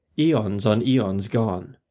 aeons on aeons gone,